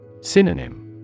Synonym